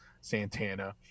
Santana